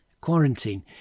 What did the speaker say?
quarantine